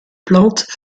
plantes